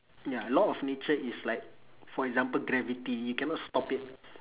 ya law of nature is like for example gravity you cannot stop it